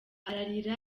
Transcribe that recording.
ararira